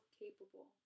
capable